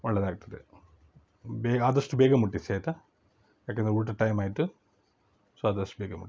ಒಳ್ಳೆದಾಗ್ತದೆ ಬೇಗ ಆದಷ್ಟು ಬೇಗ ಮುಟ್ಟಿಸಿ ಆಯಿತಾ ಯಾಕಂದರೆ ಊಟದ ಟೈಮ್ ಆಯಿತು ಸೊ ಆದಷ್ಟು ಬೇಗ ಮುಟ್ಟಿಸಿ